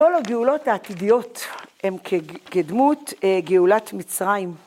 ‫כל הגאולות העתידיות ‫הן כדמות גאולת מצרים.